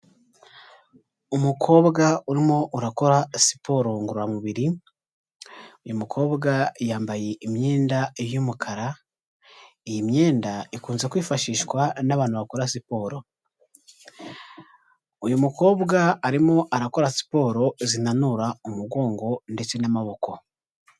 Umukobwa urimo urakora siporo ngoramubiri, uyu mukobwa yambaye imyenda y'umukara, iyi myenda ikunze kwifashishwa n'abantu bakora siporo, uyu mukobwa arimo arakora siporo zinanura umugongo ndetse n'amaboko.